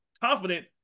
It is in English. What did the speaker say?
confident